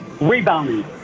rebounding